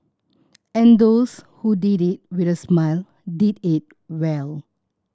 and those who did it with a smile did it well